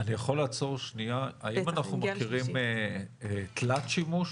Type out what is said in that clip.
האם אנחנו מכירים תלת-שימוש,